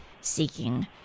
seeking